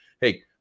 hey